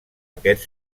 aquest